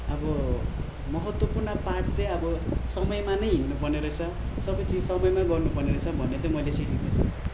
अब महत्त्वपूर्ण पाठ चाहिँ अब समयमा नै हिँड्नु पर्ने रहेछ सबै चिज समयमै गर्नु पर्ने रहेछ भन्ने चाहिँ मैले सिकेको छु